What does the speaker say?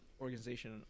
organization